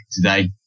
today